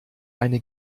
eine